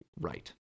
Right